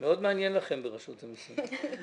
לכם ברשות המסים.